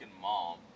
mom